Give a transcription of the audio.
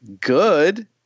good